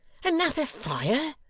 another fire